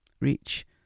reach